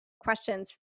questions